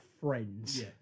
friends